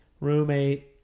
roommate